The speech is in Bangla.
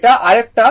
এটা আরেকটা